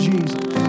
Jesus